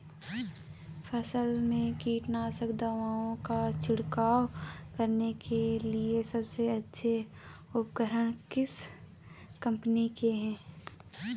फसलों में कीटनाशक दवाओं का छिड़काव करने के लिए सबसे अच्छे उपकरण किस कंपनी के हैं?